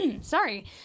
sorry